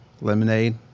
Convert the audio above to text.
lemonade